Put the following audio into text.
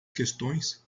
questões